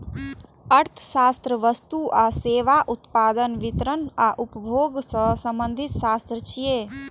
अर्थशास्त्र वस्तु आ सेवाक उत्पादन, वितरण आ उपभोग सं संबंधित शास्त्र छियै